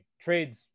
Trades